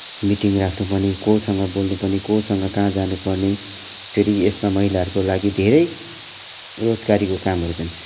meeting राख्नु पर्ने कोसँग बोल्नुपर्ने कोसँग कहाँ जानुपर्ने फेरि यसमा महिलाहरूको लागि धेरै रोजगारीको कामहरू छन्